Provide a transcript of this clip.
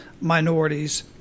minorities